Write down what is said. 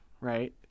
right